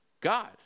God